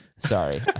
Sorry